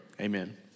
amen